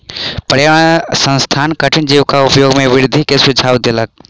पर्यावरण संस्थान कठिनी जीवक उपयोग में वृद्धि के सुझाव देलक